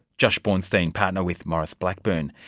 josh bornstein, partner with maurice blackburn.